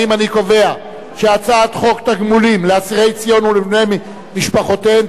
אני קובע שהצעת חוק תגמולים לאסירי ציון ולבני-משפחותיהם (תיקון